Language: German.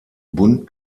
bunt